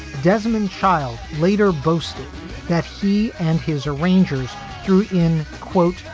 desmond child later boasted that he and his arrangers grew in, quote,